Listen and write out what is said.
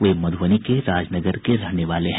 वे मधूबनी के राजनगर के रहने वाले हैं